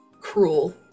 cruel